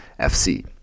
FC